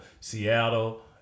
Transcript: Seattle